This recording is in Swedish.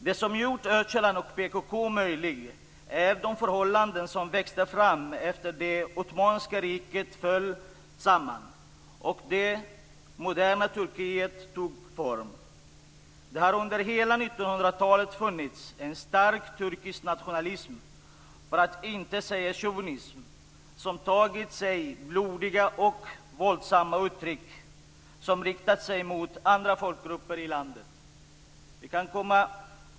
Det som gjort Öcalan och PKK möjligt är de förhållanden som växte fram efter att det ottomanska riket föll samman och det moderna Turkiet tog form. Det har under hela 1900-talet funnits en stark turkisk nationalism, för att inte säga chauvinism, som tagit sig blodiga och våldsamma uttryck som riktat sig mot andra folkgrupper i landet.